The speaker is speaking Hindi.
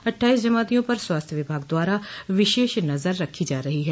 अठ्ठाइस जमातियों पर स्वास्थ्य विभाग द्वारा विशेष नजर रखी जा रही है